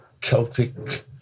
Celtic